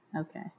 Okay